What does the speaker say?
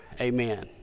Amen